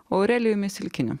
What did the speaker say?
aurelijumi silkiniu